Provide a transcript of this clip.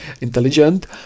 intelligent